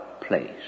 place